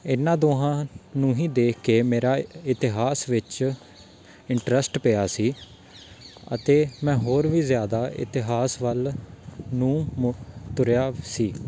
ਇਹਨਾਂ ਦੋਹਾਂ ਨੂੰ ਹੀ ਦੇਖ ਕੇ ਮੇਰਾ ਇਤਿਹਾਸ ਵਿੱਚ ਇੰਟਰਸਟ ਪਿਆ ਸੀ ਅਤੇ ਮੈਂ ਹੋਰ ਵੀ ਜ਼ਿਆਦਾ ਇਤਿਹਾਸ ਵੱਲ ਨੂੰ ਤੁਰਿਆ ਸੀ